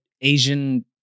Asian